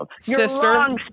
Sister